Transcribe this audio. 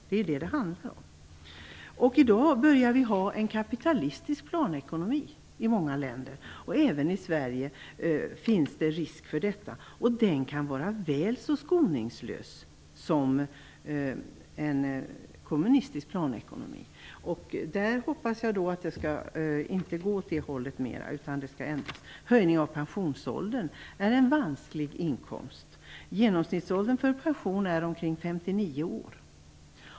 Det är vad det handlar om. I dag börjar vi ha en kapitalistisk planekonomi i många länder. Även i Sverige finns det risk för detta. En sådan ekonomi kan vara väl så skoningslös som en kommunistisk planekonomi. Där hoppas jag att det inte skall gå mer åt det hållet. Höjningen av pensionsåldern är en vansklig inkomst för staten. Genomsnittsåldern för pensionering är omkring 59 år.